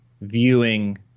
viewing